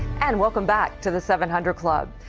and welcome back to the seven hundred club.